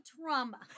trauma